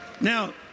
Now